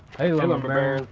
hey lumber baron,